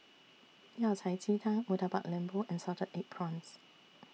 Yao Cai Ji Tang Murtabak Lembu and Salted Egg Prawns